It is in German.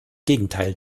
gegenteil